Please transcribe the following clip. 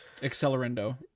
Accelerando